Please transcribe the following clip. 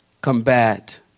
combat